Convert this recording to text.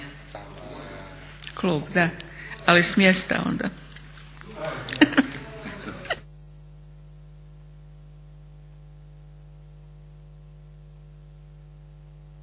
kolega. Ali s mjesta onda.